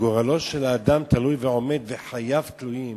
שגורלו של האדם תלוי ועומד וחייו תלויים